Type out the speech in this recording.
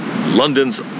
London's